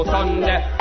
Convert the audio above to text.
Sunday